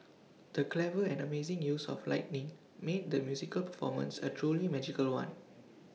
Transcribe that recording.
the clever and amazing use of lighting made the musical performance A truly magical one